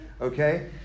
Okay